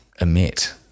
emit